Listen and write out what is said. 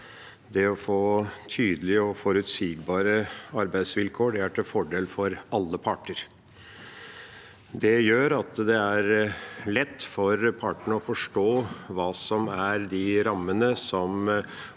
Det å få tydelige og forutsigbare arbeidsvilkår er til fordel for alle parter. Det gjør det lett for partene å forstå hvilke rammer